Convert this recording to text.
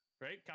right